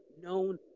known